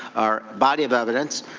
our body of evidence.